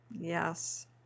Yes